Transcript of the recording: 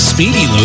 Speedy